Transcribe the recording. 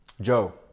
joe